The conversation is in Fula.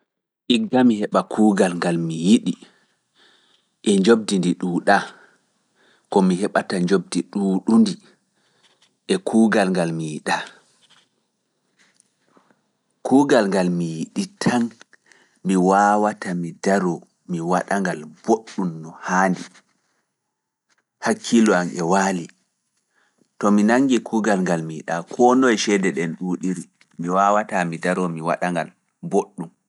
Igga mi heɓa kuugal ngal mi yiɗi e njoɓdi ndi ɗuuɗaa, ko mi heɓata njoɓdi ɗuuɗundi e kuugal ngal mi yiɗaa. Kuugal ngal mi yiɗi tan, mi waawata mi daroo mi waɗa ngal mboɗɗum.